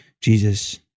Jesus